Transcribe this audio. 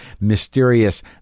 mysterious